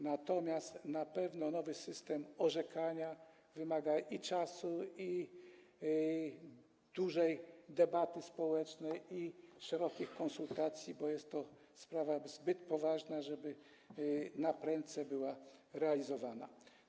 Natomiast na pewno nowy system orzekania wymaga i czasu, i dużej debaty społecznej, i szerokich konsultacji, bo jest to sprawa zbyt poważna, żeby była realizowana naprędce.